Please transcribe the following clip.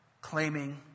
claiming